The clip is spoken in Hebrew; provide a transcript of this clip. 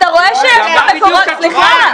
אתה רואה שיש פה מקורות סליחה,